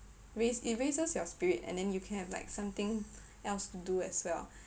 raise it raises your spirit and then you can have like something else to do as well